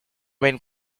ben